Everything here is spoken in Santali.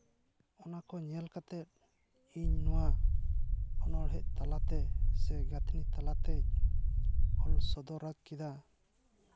ᱚᱱᱟ ᱠᱚ ᱧᱮᱞ ᱠᱟᱛᱮ ᱤᱧ ᱱᱚᱣᱟ ᱚᱱᱚᱬᱦᱮᱸᱜ ᱛᱟᱞᱟᱛᱮ ᱥᱮ ᱜᱟᱹᱛᱷᱱᱤ ᱛᱟᱞᱟᱛᱮ ᱚᱞ ᱥᱚᱫᱚᱨ ᱠᱮᱫᱟ